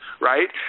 right